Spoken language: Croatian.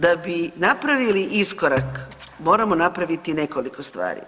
Da bi napravili iskorak moramo napraviti nekoliko stvari.